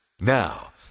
now